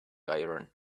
iron